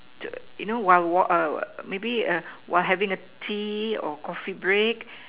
to you know while walk err maybe err while having the Tea or Coffee break